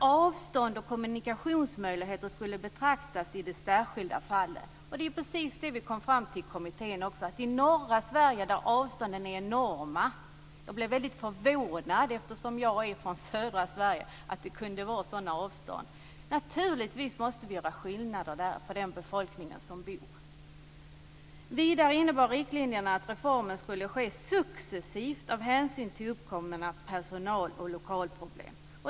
Avstånd och kommunikationsmöjligheter skulle beaktas i det särskilda fallet. Det är precis det vi kom fram till i kommittén. I norra Sverige är avstånden enorma. Eftersom jag är från södra Sverige blev jag väldigt förvånad att det kunde vara sådana avstånd. Naturligtvis måste vi göra skillnader för befolkningen som bor där. Vidare innebar riktlinjerna att reformen skulle ske successivt av hänsyn till uppkomna personal och lokalproblem.